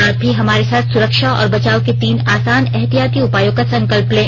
आप भी हमारे साथ स्रक्षा और बचाव के तीन आसान एहतियाती उपायों का संकल्प लें